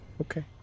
Okay